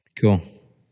Cool